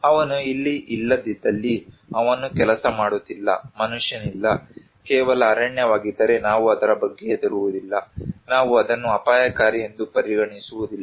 ಅವನು ಇಲ್ಲಿ ಇಲ್ಲದಿದ್ದಲ್ಲಿ ಅವನು ಕೆಲಸ ಮಾಡುತ್ತಿಲ್ಲ ಮನುಷ್ಯನಿಲ್ಲ ಕೇವಲ ಅರಣ್ಯವಾಗಿದ್ದರೆ ನಾವು ಅದರ ಬಗ್ಗೆ ಹೆದರುವುದಿಲ್ಲ ನಾವು ಅದನ್ನು ಅಪಾಯಕಾರಿ ಎಂದು ಪರಿಗಣಿಸುವುದಿಲ್ಲ